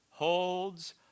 Holds